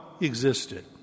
existed